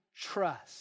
Trust